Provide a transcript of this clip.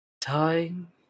Time